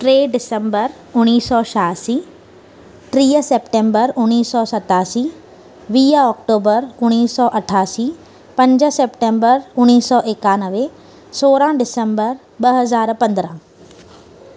टे डिसंबर उणिवीह सौ छहासी टीह सेप्टेंबर उणिवीह सौ सतासी वीह अक्टूबर उणिवीह सौ अठासी पंज सेप्टेंबर उणिवीह सौ एकानवे सोरहं डिसंबर ॿ हज़ार पंद्रहं